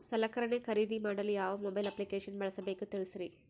ಸಲಕರಣೆ ಖರದಿದ ಮಾಡಲು ಯಾವ ಮೊಬೈಲ್ ಅಪ್ಲಿಕೇಶನ್ ಬಳಸಬೇಕ ತಿಲ್ಸರಿ?